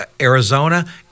Arizona